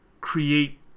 create